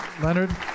Leonard